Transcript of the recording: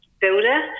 builder